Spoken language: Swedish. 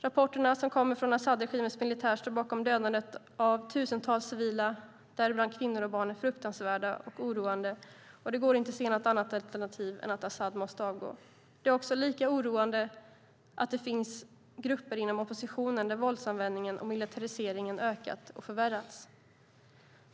Rapporterna som kommer om att Assadregimens militär står bakom dödandet av tusentals civila, däribland kvinnor och barn, är fruktansvärda och mycket oroande. Det går inte att se något annat alternativ än att Assad måste avgå. Det är också lika oroande att det finns grupper inom oppositionen där våldsanvändningen och militariseringen har ökat och förvärrats.